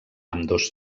ambdós